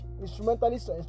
instrumentalist